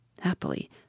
Happily